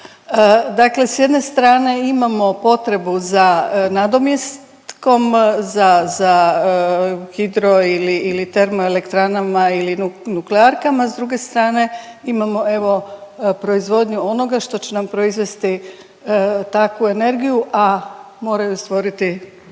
Dakle, sa jedne strane imamo potrebu za nadomjestkom, za hidro ili termo elektranama ili nuklearkama, s druge strane imamo evo proizvodnju onoga što će nam proizvesti takvu energiju, a moraju stvoriti